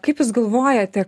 kaip jūs galvojate